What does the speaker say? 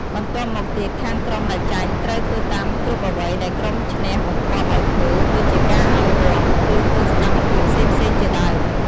បន្ទាប់មកទៀតខាងក្រុមដែលចាញ់ត្រូវធ្វើតាមគ្រប់អ្វីដែលក្រុមឈ្នះបង្គាប់ឲ្យធ្វើ ដូចជាការឲ្យរាំ ឬធ្វើសកម្មភាពផ្សេងៗជាដើម។